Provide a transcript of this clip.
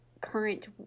current